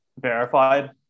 verified